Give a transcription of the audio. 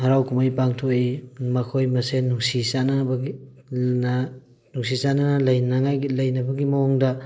ꯍꯔꯥꯎ ꯀꯨꯝꯍꯩ ꯄꯥꯡꯊꯣꯛꯏ ꯃꯈꯣꯏ ꯃꯁꯦꯟ ꯅꯨꯡꯁꯤ ꯆꯥꯟꯅꯅꯕꯒꯤ ꯅꯨꯡꯁꯤ ꯆꯥꯟꯅꯅ ꯂꯩꯅꯉꯥꯏꯒꯤ ꯂꯩꯅꯕꯒꯤ ꯃꯑꯣꯡꯗ